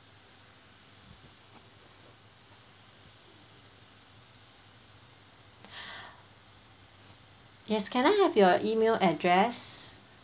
yes can I have your email address